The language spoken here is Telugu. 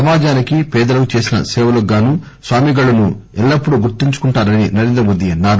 సమాజానికి పేదలకు చేసిన సేవలకు గాను స్వామిగళ్లును ఎల్లప్పుడు గుర్తించుకుంటారని నరేంద్రమోదీ అన్నారు